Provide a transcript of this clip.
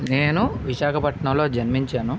నేను విశాఖపట్నంలో జన్మించాను